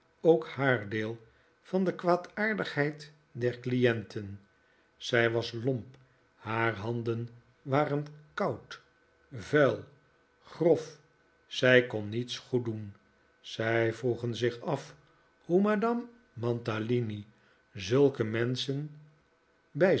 ook haar deel van de kwaadaardigheid der clienten zij was lomp haar handen waren koud vuil grof zij kon niets goed doen zij vroegen zich af hoe madame mantalini zulke menschen bij